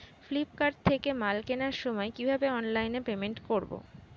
Flipkart থেকে মাল কেনার সময় কিভাবে অনলাইনে পেমেন্ট করব?